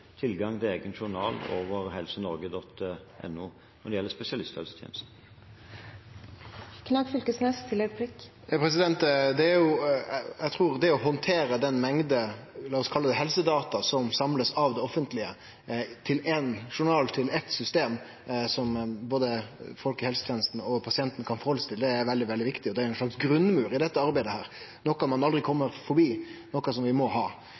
tilgang til egen journal over helsenorge.no, når det gjelder spesialisthelsetjenesten. Eg trur at det å handtere den mengda – lat oss kalle det helsedata – som blir samla av det offentlege, til éin journal, eitt system som både folkehelsetenesta og pasienten kan halde seg til, er veldig, veldig viktig, og det er ein slags grunnmur i dette arbeidet, noko ein aldri kjem forbi, noko som vi må ha.